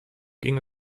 ging